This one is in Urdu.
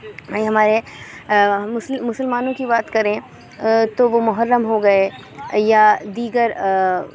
وہیں ہمارے مسلمانوں کی بات کریں تو وہ محرم ہو گئے یا دیگر